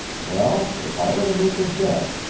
well, if i were to make a guess,